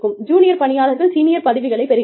junior பணியாளர்கள் senior பதவிகளை பெறுகிறார்கள்